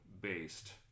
based